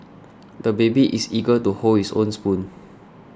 the baby is eager to hold his own spoon